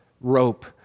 rope